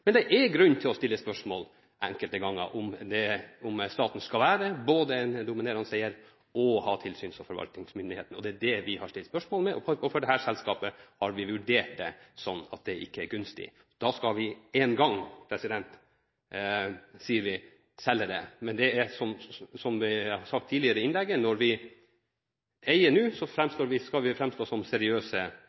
Men det er enkelte ganger grunn til å stille spørsmål ved om staten skal være både en dominerende eier og ha tilsyns- og forvaltningsmyndighet. Det er det vi har stilt spørsmål ved, og for dette selskapet har vi vurdert det sånn at det ikke er gunstig. Da skal vi en gang, sier vi, selge det. Men som det er sagt tidligere i innlegget, når vi eier nå, skal vi framstå som seriøse